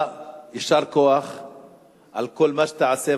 יישר כוח על כל מה שתעשה,